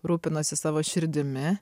rūpinosi savo širdimi